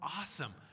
awesome